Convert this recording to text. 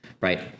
right